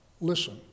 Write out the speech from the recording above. Listen